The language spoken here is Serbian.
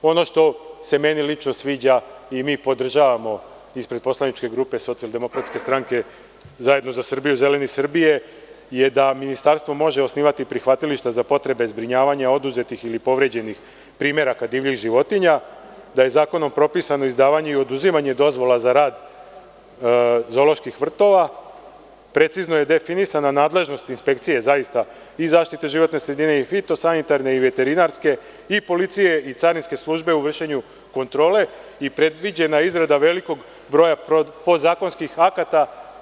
Ono što se meni lično sviđa i mi podržavamo, ispred Poslaničke grupe Socijaldemokratske stranke, Zajedno za Srbiju, Zeleni Srbije, je da ministarstvo može osnivati prihvatilišta za potrebe zbrinjavanja oduzetih ili povređenih primeraka divljih životinja, da je zakonom propisano izdavanje i oduzimanje dozvola za rad zooloških vrtova, precizno je definisana nadležnost inspekcije, i zaštite životne sredine i fito-sanitarne i veterinarske, i policije i carinske službe u vršenju kontrole i predviđena izrada velikog broja podzakonskih akata.